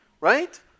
Right